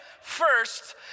first